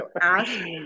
Ask